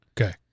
Okay